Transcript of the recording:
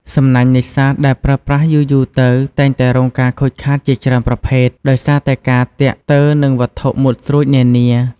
សំណាញ់នេសាទដែលប្រើប្រាស់យូរៗទៅតែងតែរងការខូចខាតជាច្រើនប្រភេទ ដោយសារតែការទាក់ទើរនឹងវត្ថុមុតស្រួចនានា។